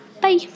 Bye